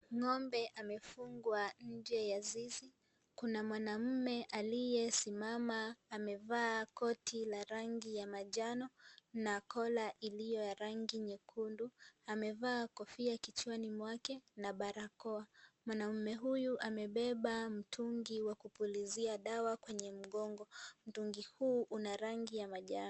Ng'ombe amefungwa nje ya zizi. Kuna mwanamume aliyesimama amevaa koti la rangi ya manjano na kola iliyo ya rangi nyekundu. Amevaa kofia kichwani mwake na barakoa. Mwanamume huyu amebeba mtungi wa kupulizia dawa kwenye mgongo. Mtungi huu una rangi ya manjano.